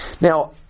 Now